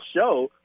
show